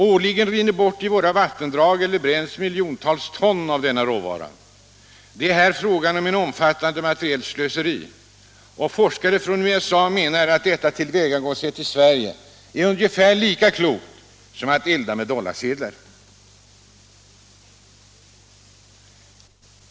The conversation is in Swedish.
Årligen rinner miljontals ton av denna råvara bort i våra vattendrag eller bränns. Det är här fråga om ett omfattande materiellt slöseri. Forskare från USA menar att detta tillvägagångssätt i Sverige är ungefär lika klokt som att elda med dollarsedlar.